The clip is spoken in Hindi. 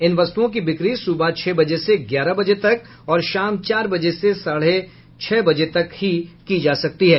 इन वस्तुओं की बिक्री सुबह छह बजे से ग्यारह बजे तक और शाम चार बजे से साढ़े छह बजे तक ही की जा सकती है